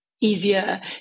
easier